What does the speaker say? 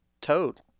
toad